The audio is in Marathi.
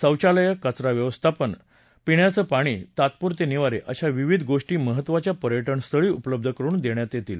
शौचालयं कचरा व्यवस्थापन सुविधा पिण्याचं पाणी तात्पुरते निवारे अशा विविध गोष्टी महत्त्वाच्या पर्यटनस्थळी उपलब्ध करुन देण्यात येतील